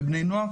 ובני נוער.